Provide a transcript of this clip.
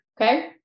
okay